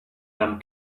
them